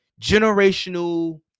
generational